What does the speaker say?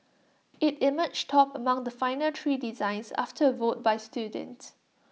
IT emerged top among the final three designs after A vote by students